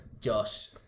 Josh